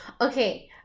okay